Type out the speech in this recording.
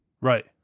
Right